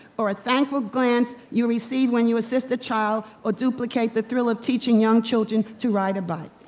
or a thankful glance you receive when you assist a child, or duplicate the thrill of teaching young children to ride a bike.